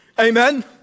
Amen